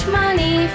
money